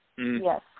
Yes